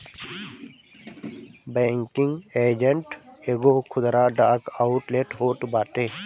banking agent एगो खुदरा डाक आउटलेट होत बाटे